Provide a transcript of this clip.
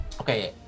Okay